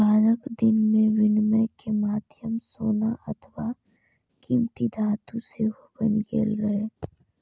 बादक दिन मे विनिमय के माध्यम सोना अथवा कीमती धातु सेहो बनि गेल रहै